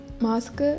Mask